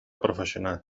profesional